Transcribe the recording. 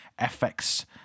fx